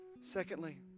Secondly